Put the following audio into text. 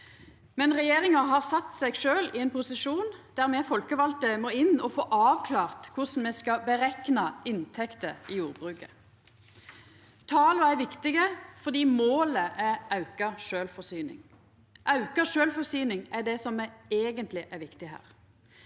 Regjeringa har sett seg sjølv i ein posisjon der me folkevalde må inn og få avklart korleis me skal berekna inntekter i jordbruket. Tala er viktige fordi målet er auka sjølvforsyning. Auka sjølvforsyning er det som eigentleg er viktig her.